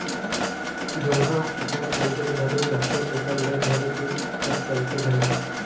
झउहा हर बंजर घलो रहथे तेकर ले ढेरे दिन तक चलथे घलो